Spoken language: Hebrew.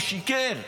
הוא שיקר.